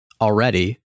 Already